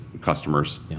customers